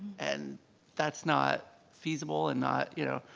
and that's not feasible and not, you know,